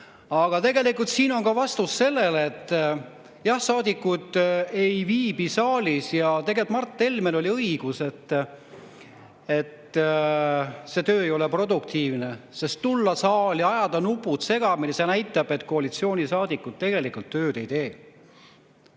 Aga tegelikult siin on ka vastus, jah, saadikud ei viibi saalis. Tegelikult oli Mart Helmel õigus, et see töö ei ole produktiivne, sest kui tullakse saali ja aetakse nupud segamini, siis see näitab, et koalitsioonisaadikud tegelikult tööd ei tee.